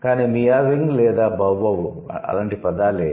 కాని 'మియావింగ్' లేదా 'bow wow' అలాంటి పదాలే